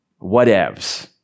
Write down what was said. Whatevs